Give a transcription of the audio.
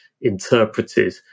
interpreted